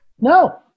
No